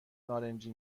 نارنجی